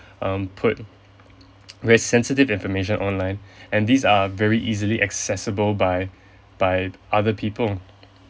um put their sensitive information online and these are very easily accessible by by other people